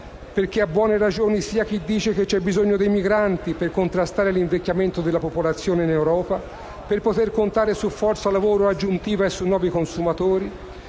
perché ha buone ragioni sia chi dice che c'è bisogno dei migranti per contrastare l'invecchiamento della popolazione in Europa e per poter contare su forza lavoro aggiuntiva e su nuovi consumatori,